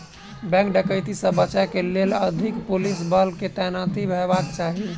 bank डकैती से बचय के लेल अधिक पुलिस बल के तैनाती हेबाक चाही